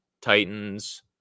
Titans